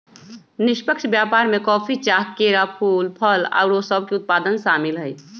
निष्पक्ष व्यापार में कॉफी, चाह, केरा, फूल, फल आउरो सभके उत्पाद सामिल हइ